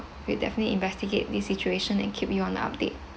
we'll definitely investigate the situation and keep you on the update